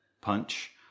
punch